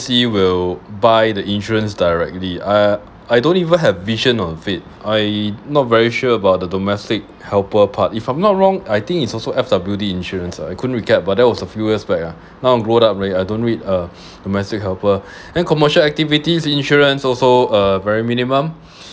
will buy the insurance directly I I don't even have vision or fit I not very sure about the domestic helper part if I'm not wrong I think it's also F_W_D insurance ah you couldn't recap but that was a few years back ah now I grown up already I don't read uh domestic helper and commercial activities insurance also uh very minimum